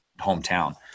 hometown